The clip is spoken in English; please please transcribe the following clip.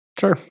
Sure